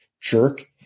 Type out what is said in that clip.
jerk